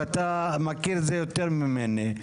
ואתה מכיר את זה טוב ממני,